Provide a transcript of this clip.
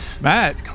Matt